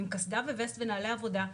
עם קסדה ווסט ונעלי עבודה,